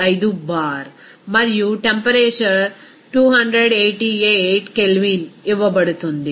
95 bar మరియు temperature 288 K ఇవ్వబడుతుంది